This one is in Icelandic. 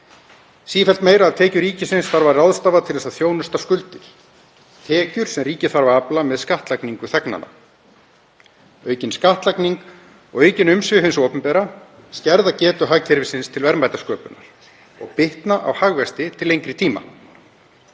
Sífellt meira af tekjum ríkisins þarf að ráðstafa til að þjónusta skuldir, tekjur sem ríkið þarf að afla með skattlagningu þegnanna. Aukin skattlagning og aukin umsvif hins opinbera skerða getu hagkerfisins til verðmætasköpunar og bitna á hagvexti til lengri tíma.